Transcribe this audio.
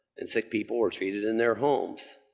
and sick people were treated in their homes.